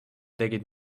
tegid